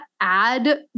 add